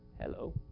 Hello